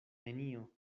nenio